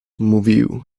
mówił